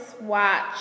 watch